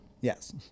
Yes